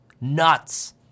Nuts